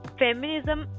feminism